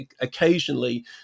occasionally